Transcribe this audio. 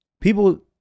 people